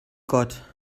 gott